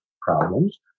problems